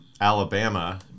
Alabama